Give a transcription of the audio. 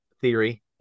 theory